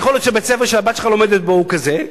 יכול להיות שבית-הספר שהבת שלך לומדת בו הוא כזה.